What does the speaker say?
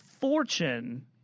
fortune